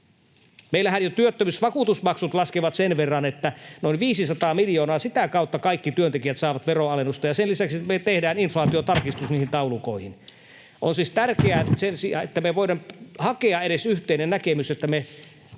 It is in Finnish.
Meillähän jo työttömyysvakuutusmaksut laskevat sen verran, noin 500 miljoonaa, että sitä kautta kaikki työntekijät saavat veronalennusta. Sen lisäksi me tehdään inflaatiotarkistus niihin taulukoihin. On siis tärkeää, että me voidaan hakea edes yhteinen näkemys, että me